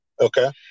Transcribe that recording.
Okay